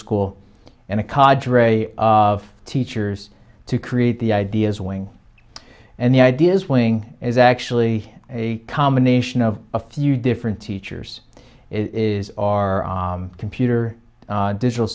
school and akad dray of teachers to create the ideas wing and the ideas wing is actually a combination of a few different teachers is our computer digital